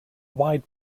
wide